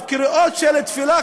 קריאות של תפילה,